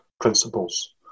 principles